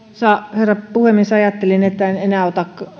herra puhemies ajattelin että en enää